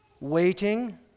waiting